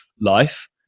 life